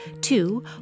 Two